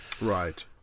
Right